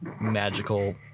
magical